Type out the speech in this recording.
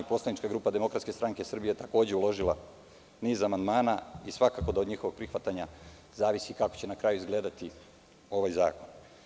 Poslanička grupa DSS je takođe uložila niz amandmana i svakako da od njihovog prihvatanja zavisi kako će na kraju izgledati ovaj zakon.